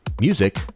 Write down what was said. Music